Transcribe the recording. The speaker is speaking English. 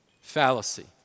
fallacy